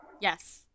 yes